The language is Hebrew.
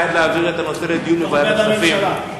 בעד להעביר את הנושא לדיון בוועדת הכספים.